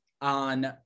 on